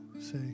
Say